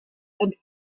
and